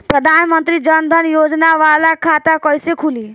प्रधान मंत्री जन धन योजना वाला खाता कईसे खुली?